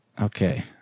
Okay